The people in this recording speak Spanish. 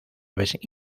aves